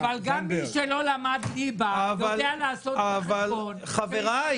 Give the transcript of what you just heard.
זנדברג --- גם מי שלא למד ליבה יודע לעשות חשבון -- חבריי,